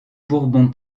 bourbon